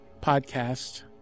podcast